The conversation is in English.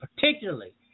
particularly